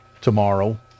tomorrow